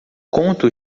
conto